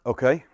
Okay